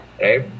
Right